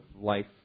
life